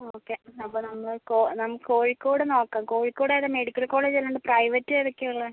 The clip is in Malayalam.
ഓക്കെ അപ്പം നമ്മൾ നമുക്ക് കോഴിക്കോട് നോക്കാം കോഴിക്കോട് ഏതാണ് മെഡിക്കൽ കോളേജ് അല്ലാണ്ട് പ്രൈവറ്റ് ഏതൊക്കെയാണ് ഉള്ളത്